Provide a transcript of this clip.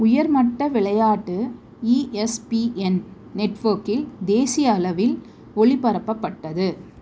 உயர்மட்ட விளையாட்டு இஎஸ்பிஎன் நெட்வொர்க்கில் தேசிய அளவில் ஒளிபரப்பப்பட்டது